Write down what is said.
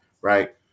right